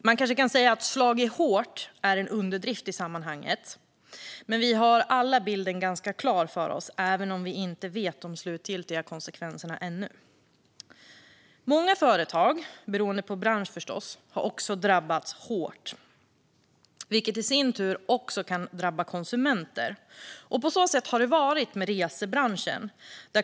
Uttrycket slagit hårt kan kanske sägas vara en underdrift i sammanhanget. Men vi har alla bilden ganska klar för oss, även om vi ännu inte vet de slutgiltiga konsekvenserna. Många företag, beroende på bransch, förstås, har också drabbats hårt, vilket i sin tur kan drabba konsumenter. Så har det varit när det gäller resebranschen.